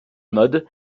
mode